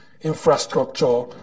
infrastructure